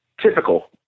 typical